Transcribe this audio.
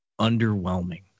underwhelming